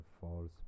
false